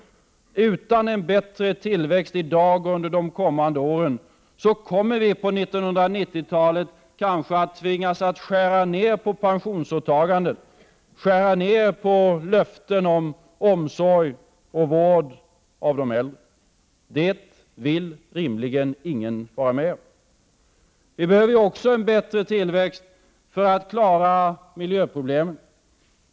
Utan en bättre tillväxt i dag och under de kommande åren kommer vi på 1990-talet kanske att tvingas att skära ner pensionsåtagandena och skära ned löften om omsorg och vård av de äldre. Det vill rimligen ingen vara med om. Vi behöver också en bättre tillväxt för att klara miljöproblemen.